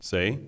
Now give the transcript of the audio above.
Say